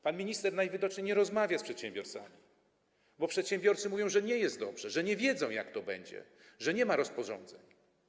Pan minister najwidoczniej nie rozmawia z przedsiębiorcami, bo przedsiębiorcy mówią, że nie jest dobrze, że nie wiedzą, jak to będzie, że nie ma rozporządzeń.